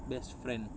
best friend